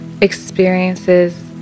experiences